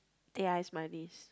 teh ice manis